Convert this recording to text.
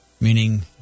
meaning